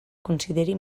consideri